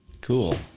Cool